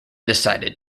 decided